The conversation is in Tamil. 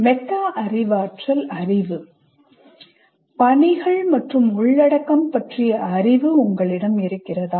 மெட்டா அறிவாற்றல் அறிவு பணிகள் மற்றும் உள்ளடக்கம் பற்றிய அறிவு உங்களிடம் இருக்கிறதா